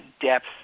depth